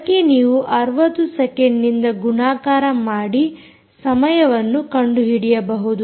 ಅದಕ್ಕೆ ನೀವು 60 ಸೆಕೆಂಡ್ನಿಂದ ಗುಣಾಕಾರ ಮಾಡಿ ಸಮಯವನ್ನು ಕಂಡುಹಿಡಿಯಬಹುದು